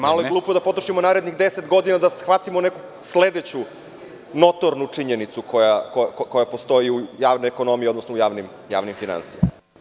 Malo je glupo da potrošimo narednih 10 godina da shvatimo neku sledeću notornu činjenicu koja postoji u javnoj ekonomiji, odnosno u javnim finansijama.